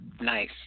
Nice